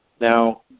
Now